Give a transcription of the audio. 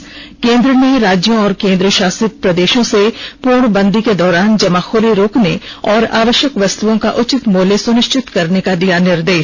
त् केन्द्र ने राज्यों और केन्द्रशासित प्रदेशों से पूर्णबंदी के दौरान जमाखोरी रोकने और आवश्यक वस्तुओं का उचित मूल्य सुनिश्चित करने का दिया निर्देष